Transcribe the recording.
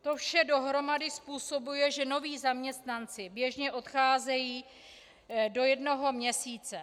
To vše dohromady způsobuje, že noví zaměstnanci běžně odcházejí do jednoho měsíce.